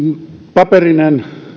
paperiset